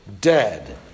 dead